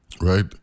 right